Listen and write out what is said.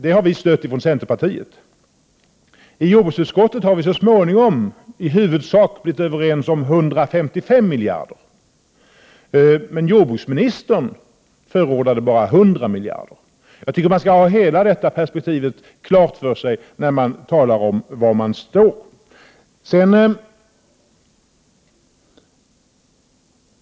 Det förslaget har vi i centerpartiet stött. I jordbruksutskottet har vi så småningom i huvudsak kommit överens om 155 miljoner. Men jordbruksministern förordade bara 100 miljoner. Jag tycker att man bör ha hela detta perspektiv klart för sig när man talar om var man står.